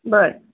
बरं